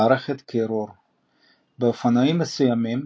מערכת קירור - באופנועים מסוימים,